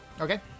Okay